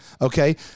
okay